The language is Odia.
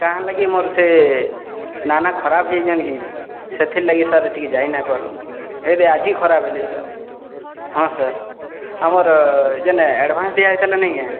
କାଁ ହେଲାକି ମୋର୍ ସେ ନାନା ଖରାପ୍ ହେଇଯାଇଛନ୍ କି ନି ସେଥିର୍ଲାଗି ସାର୍ ଟିକେ ଜାଇନାଇଁ ପାରୁ ଏଦେ ଆଜି ଖରାପ୍ ହେଲେ ସାର୍ ହଁ ସାର୍ ଆମର ଯେନେ ଏଡ଼୍ଭାନ୍ସ ଦିଆହେଇଥିଲା ନାଇଁ କେଁ